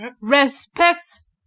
respects